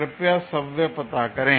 कृपया स्वयं पता करें